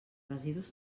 residus